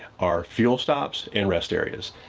are fuel stops and rest areas.